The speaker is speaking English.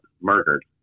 murdered